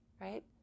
right